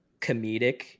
comedic